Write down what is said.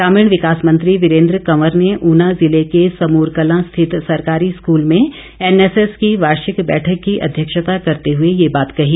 ग्रामीण विकास मंत्री वीरेंद्र कंवर ने ऊना ज़िले के समूरकला स्थित सरकारी स्कूल में एनएसएस की वार्षिक बैठक की अध्यक्षता करते हुए ये बात कही